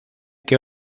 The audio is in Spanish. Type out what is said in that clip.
que